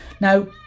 Now